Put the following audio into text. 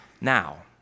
now